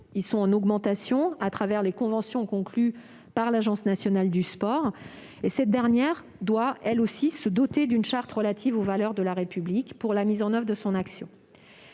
en augmentation à travers les conventions conclues par l'Agence nationale du sport. Cette dernière doit, elle aussi, se doter d'une charte relative aux valeurs de la République pour encadrer son action.